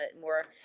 more